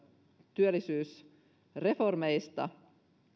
työllisyysreformeista